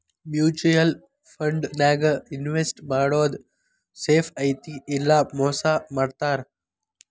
mutual ಫಂಡನ್ಯಾಗ invest ಮಾಡೋದ್ safe ಐತಿ ಇಲ್ಲಾ ಮೋಸ ಮಾಡ್ತಾರಾ